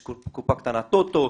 יש קופה קטנה טוטו,